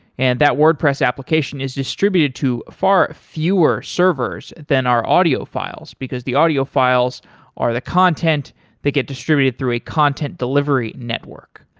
and that wordpress application is distributed to far fewer servers than our audiophiles, because the audiophiles are the content they get distributed through a content delivery network.